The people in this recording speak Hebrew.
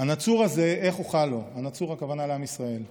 הנצור הזה / איך אוכל לו?" הנצור הכוונה לעם ישראל.